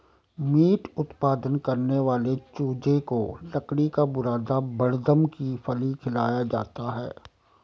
meet उत्पादन करने वाले चूजे को लकड़ी का बुरादा बड़दम की फली खिलाया जाता है